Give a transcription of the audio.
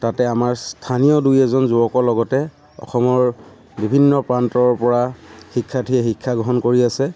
তাতে আমাৰ স্থানীয় দুই এজন যুৱকৰ লগতে অসমৰ বিভিন্ন প্ৰান্তৰ পৰা শিক্ষাৰ্থীয়ে শিক্ষাগ্ৰহণ কৰি আছে